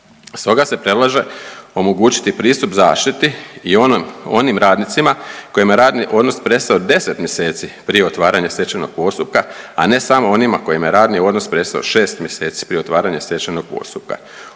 Stoga se predlaže omogućiti pristup zaštiti i onim radnicima kojima je radni odnos prestao 10 mjeseci prije otvaranja stečajnog postupka, a ne samo onima kojima je radni odnos prestao 6 mjeseci prije otvaranja stečajnog postupka.